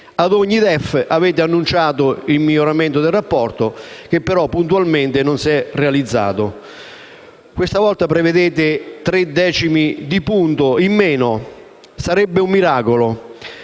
Ad ogni DEF avete annunciato il miglioramento di tale rapporto, che però puntualmente non si è mai realizzato. Questa volta prevedete un calo di tre decimi di punto, che sarebbe un miracolo,